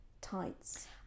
tights